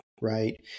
right